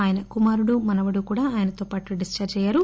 ఆయన కుమారుడు మనవడు కూడా ఆయనతో పాటు డస్టర్ అయ్యారు